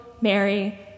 Mary